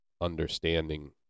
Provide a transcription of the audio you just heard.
understanding